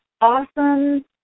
awesome